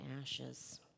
ashes